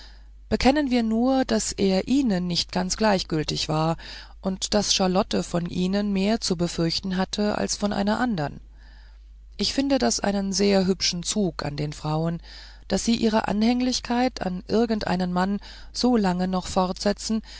bekennen wir nur daß er ihnen nicht ganz gleichgültig war und daß charlotte von ihnen mehr zu befürchten hatte als von einer andern ich finde das einen sehr hübschen zug an den frauen daß sie ihre anhänglichkeit an irgendeinen mann solange noch fortsetzen